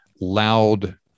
loud